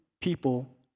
people